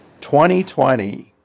2020